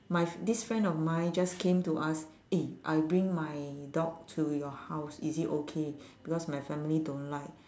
my f~ this friend of mine just came to us eh I bring my dog to your house is it okay because my family don't like